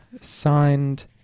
signed